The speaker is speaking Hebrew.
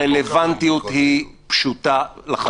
הרלוונטיות פשוטה לחלוטין.